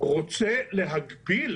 רוצה להגביל